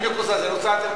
מקוזז, אני רוצה לדעת.